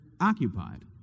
occupied